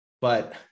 but-